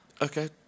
Okay